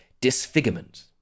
disfigurement